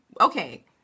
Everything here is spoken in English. Okay